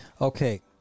Okay